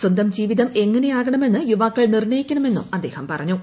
സ്വന്തം ജീവിതം എങ്ങനെയാകണമെന്ന് യുവാക്കൾ നിർണയിക്കണമെന്നും അദ്ദേഹം പറഞ്ഞു